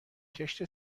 کشت